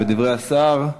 בדברי השר,